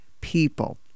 people